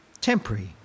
temporary